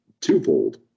twofold